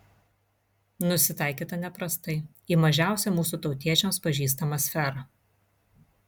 nusitaikyta neprastai į mažiausią mūsų tautiečiams pažįstamą sferą